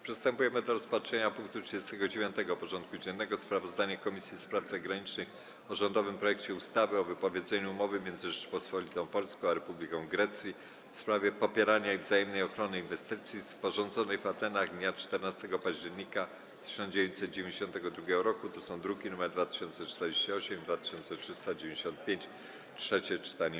Przystępujemy do rozpatrzenia punktu 39. porządku dziennego: Sprawozdanie Komisji Spraw Zagranicznych o rządowym projekcie ustawy o wypowiedzeniu Umowy między Rzecząpospolitą Polską a Republiką Grecji w sprawie popierania i wzajemnej ochrony inwestycji, sporządzonej w Atenach dnia 14 października 1992 r. (druki nr 2348 i 2395) - trzecie czytanie.